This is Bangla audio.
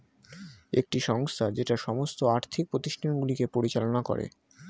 একটি সংস্থা যেটা সমস্ত আর্থিক প্রতিষ্ঠানগুলিকে পরিচালনা করে